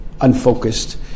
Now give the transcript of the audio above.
unfocused